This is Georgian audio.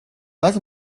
მას